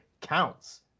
counts